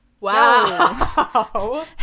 Wow